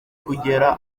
kugera